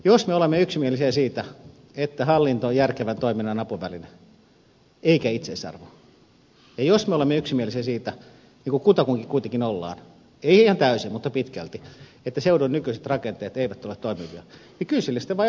jos me olemme yksimielisiä siitä että hallinto on järkevän toiminnan apuväline eikä itseisarvo ja jos me olemme yksimielisiä siitä niin kuin kutakuinkin kuitenkin olemme emme ihan täysin mutta pitkälti että seudun nykyiset rakenteet eivät ole toimivia niin kyllä sille sitten vaan jotain pitää tehdä